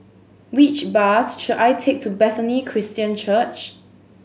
which bus should I take to Bethany Christian Church